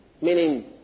meaning